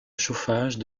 chauffage